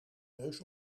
neus